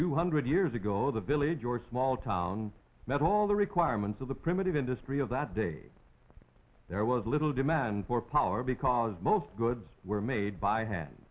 two hundred years ago the village or small town met all the requirements of the primitive industry of that day there was little demand for power because most goods were made by hand